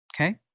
Okay